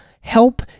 help